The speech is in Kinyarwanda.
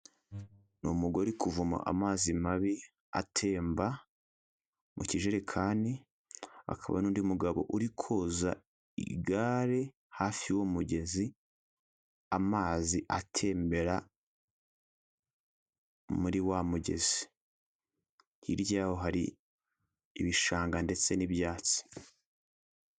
Ni umugore uri kuvoma amazi mabi atemba mu kijerekani akaba n'undi mugabo uri koza igare hafi y'umugezi amazi atembera muri wa mugezi. Hirya yaho hari ibishanga ndetse n'ibyatsi.